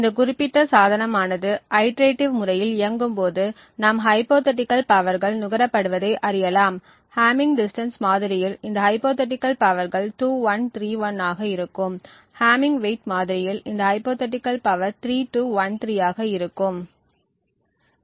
இந்த குறிப்பிட்ட சாதனமானது ஐடிரேடிவ் முறையில் இயங்கும்போது நாம் ஹைப்போதீட்டிகள் பவர்கள் நுகரப்படுவதை அறியலாம் ஹம்மிங் டிஸ்டன்ஸ் மாதிரியில் இந்த ஹைப்போதீட்டிகள் பவர்கள் 2 1 3 1 ஆக இருக்கும் ஹம்மிங் வெயிட் மாதிரியில் இந்த ஹைப்போதீட்டிகள் பவர் 3 2 1 3 ஆக இருக்கும்